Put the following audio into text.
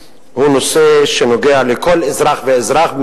העניין של העלאת מחירים הוא נושא שנוגע לכל אזרח ואזרח,